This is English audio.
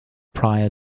prior